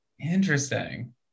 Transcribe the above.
Interesting